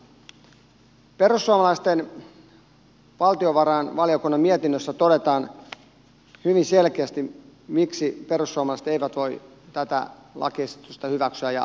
perussuomalaiset toteavat valtiovarainvaliokunnan mietinnössä hyvin selkeästi miksi perussuomalaiset eivät voi tätä lakiesitystä hyväksyä ja luen kappaleen siitä